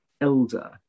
elder